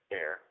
air